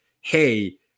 Hey